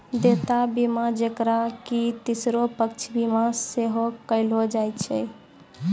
देयता बीमा जेकरा कि तेसरो पक्ष बीमा सेहो कहलो जाय छै